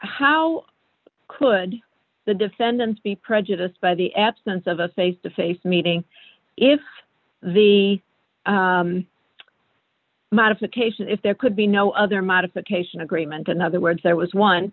how could the defendant be prejudiced by the absence of a face to face meeting if the modification if there could be no other modification agreement in other words there was one